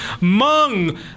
Mung